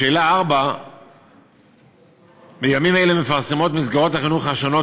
4. בימים אלה מפרסמות מסגרות החינוך השונות